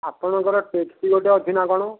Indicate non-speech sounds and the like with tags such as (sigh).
ଆପଣଙ୍କର (unintelligible) ଗୋଟେ ଅଛି ନା କଣ